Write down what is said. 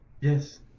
Yes